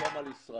שלום על ישראל.